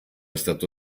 stato